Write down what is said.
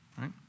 right